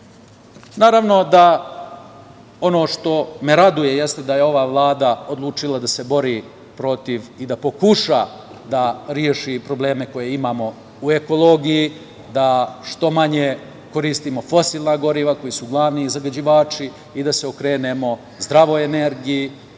Pazaru. Naravno da ono što me raduje jeste da je ova Vlada odlučila da se bori protiv i da pokuša da reši probleme koje imamo u ekologiji, da što manje koristimo fosilna goriva, koji su glavni zagađivači i da se okrenemo zdravoj energiji,